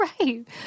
Right